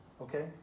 Okay